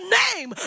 name